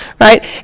right